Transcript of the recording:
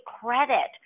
credit